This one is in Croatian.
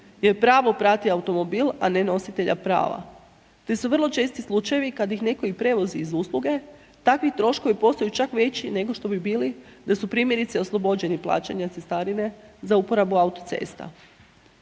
jer pravo prati automobil a ne nositelja prava te su vrlo česti slučajevi kad ih netko i prevozi iz usluge, takvi troškovi postaju čak veći nego što bi bili da su primjerice oslobođeni plaćanja cestarine za uporabu autocesta.